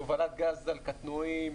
הובלת גז על קטנועים,